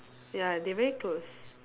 ya they very close